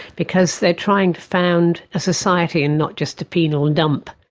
because they're trying to found a society and not just a penal dump.